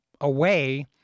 away